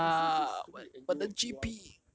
cause it sounds so stupid and you were you are